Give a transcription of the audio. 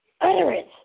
utterance